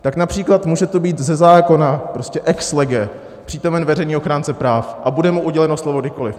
Tak například může tu být ze zákona ex lege přítomen veřejný ochránce práv a bude mu uděleno slovo kdykoli.